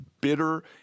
bitter